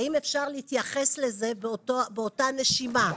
האם אפשר להתייחס לזה באותה נשימה?